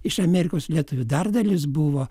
iš amerikos lietuvių dar dalis buvo